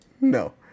No